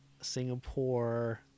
Singapore